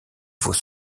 vos